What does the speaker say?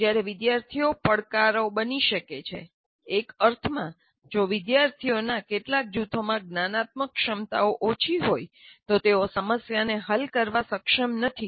જ્યારે વિદ્યાર્થીઓ પડકારો બની શકેછે એક અર્થમાં જો વિદ્યાર્થીઓના કેટલાક જૂથમાં જ્ઞાનાત્મક ક્ષમતાઓ ઓછી હોય તો તેઓ સમસ્યાઓ હલ કરવામાં સક્ષમ નથી